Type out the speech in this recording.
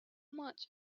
much